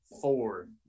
four